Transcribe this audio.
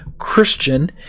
christian